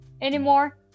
anymore